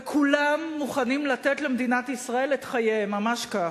וכולם מוכנים לתת למדינת ישראל את חייהם, ממש כך.